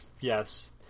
yes